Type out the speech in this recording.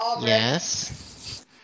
yes